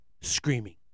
screaming